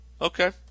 Okay